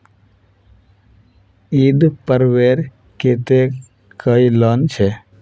ईद पर्वेर केते कोई लोन छे?